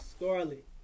scarlet